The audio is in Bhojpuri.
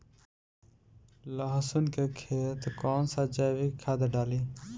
लहसुन के खेत कौन सा जैविक खाद डाली?